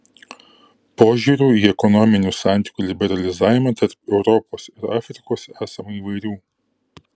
požiūrių į ekonominių santykių liberalizavimą tarp europos ir afrikos esama įvairių